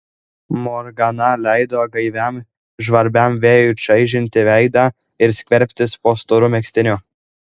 morgana leido gaiviam žvarbiam vėjui čaižyti veidą ir skverbtis po storu megztiniu